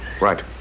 Right